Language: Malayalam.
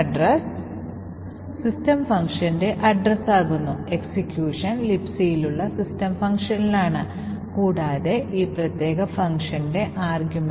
ഇപ്പോൾ ചെക്ക് അടിസ്ഥാന പരമായി EBP 12 എന്ന സ്ഥാനത്തുള്ള സ്റ്റാക്കിൽ നിന്ന് കാനറി മൂല്യം EDX രജിസ്റ്ററിലേക്ക് ലോഡ് ചെയ്യും തുടർന്ന് കാനറിയുടെ ഉള്ളടക്കത്തിൽ മാറ്റം വന്നിട്ടുണ്ടോ എന്ന് പരിശോധിക്കും